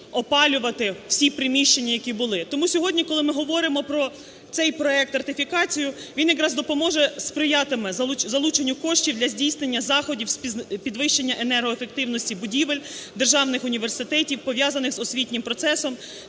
опалювати всі приміщення, які були. Тому сьогодні, коли ми говоримо про цей проект, ратифікацію, він якраз допоможе сприятиме залученню коштів для здійснення заходів з підвищення енергоефективності будівель, державних університетів пов'язаних з освітнім процесом,